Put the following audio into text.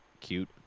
cute